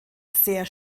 sehr